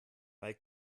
weil